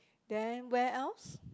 then where else